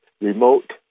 remote